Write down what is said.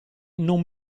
non